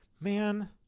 man